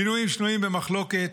מינויים שנויים במחלוקת,